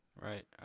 Right